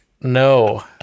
No